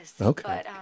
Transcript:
Okay